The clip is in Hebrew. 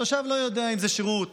התושב לא יודע אם זה שירות